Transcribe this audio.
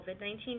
COVID-19